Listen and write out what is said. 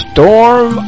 Storm